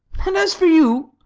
and as for you,